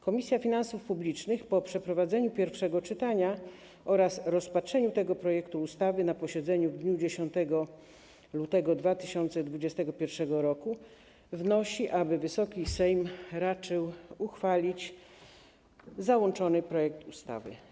Komisja Finansów Publicznych po przeprowadzeniu pierwszego czytania oraz rozpatrzeniu tego projektu ustawy na posiedzeniu w dniu 10 lutego 2021 r. wnosi, aby Wysoki Sejm raczył uchwalić załączony projekt ustawy.